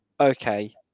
Okay